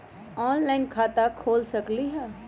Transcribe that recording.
Online खाता खोल सकलीह?